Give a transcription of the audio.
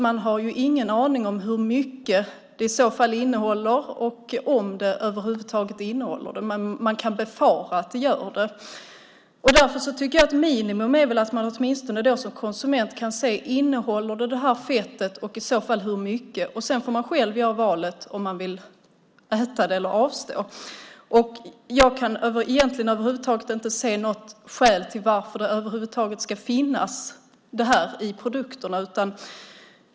Man har ingen aning om hur mycket av detta produkten i så fall innehåller och om den över huvud taget innehåller det. Man kan befara att den gör det. Därför tycker jag att minimum vore att man som konsument skulle kunna se om produkten innehåller det här fettet, och i så fall hur mycket. Sedan får man själv göra valet om man vill äta det eller avstå. Jag kan egentligen inte se något skäl till att det här över huvud taget ska finnas i produkterna.